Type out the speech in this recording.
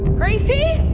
gracie!